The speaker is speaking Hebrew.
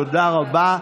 תודה רבה.